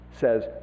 says